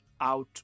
out